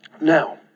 Now